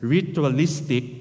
Ritualistic